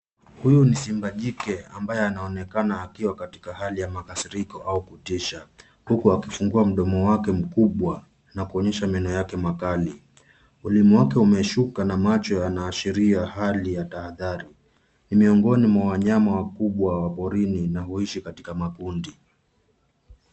Huyu ni simba jike ambaye anaonekana akiwa katika hali ya makasiriko au kutisha. Huku akifungua mdomo wake mkubwa na kuonyesha meno yake makali. Ulimi wake umeshuka na macho yanaashiria hali ya tahadhari. Ni miongoni mwa wanyama wakubwa wa porini na huishi katika makundi.